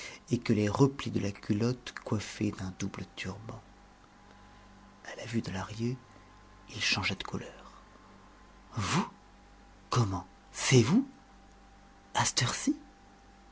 et que les replis de la culotte coiffaient d'un double turban à la vue de lahrier il changea de couleur vous comment c'est vous à ctheure ci